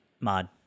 Mod